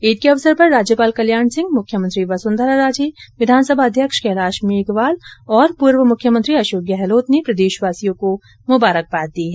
ईद के अवसर पर राज्यपाल कल्याण सिंह मुख्यमंत्री वसंधरा राजे विधानसभा अध्यक्ष कैलाश मेघवाल और पूर्व मुख्यमंत्री अर्शाक गहलोत ने प्रदेशवासियों को मुबारक बाद दी है